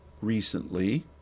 recently